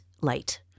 light